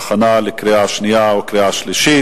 בעד, 12,